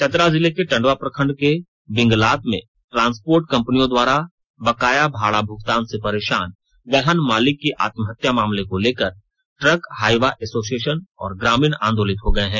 चतरा जिले के टंडवा प्रखंड के बिंगलात में ट्रांसपोर्ट कम्पनियों द्वारा बकाया भाड़ा भुगतान से परेशान वाहन मालिक की आत्महत्या मामले को लेकर ट्रक हाइवा एशोसिएशन और ग्रामीण आंदोलित हो गए हैं